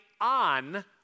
on